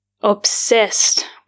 obsessed